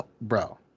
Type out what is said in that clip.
Bro